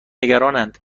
نگرانند